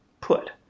put